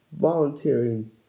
Volunteering